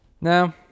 now